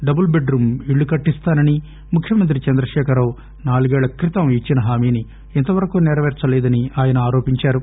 double bed room ఇళ్లు కట్టిస్తానని ముఖ్యమంత్రి చంద్రశేఖర్ రావు నాలుగేళ్ల క్రితం ఇచ్చిన హామీని ఇంతవరకు నెరవేర్సలేదని ఆయన ఆరోపించారు